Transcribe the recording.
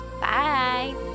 Bye